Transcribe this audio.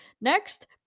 Next